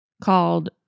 called